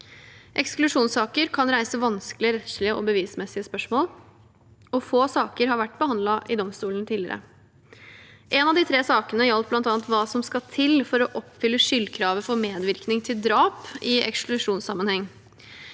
Eksklusjonssaker kan reise vanskelige rettslige og bevismessige spørsmål, og få saker har vært behandlet i domstolene tidligere. En av de tre sakene gjaldt bl.a. hva som skal til for å oppfylle skyldkravet for medvirkning til drap i eksklusjonssammenheng,